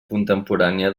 contemporània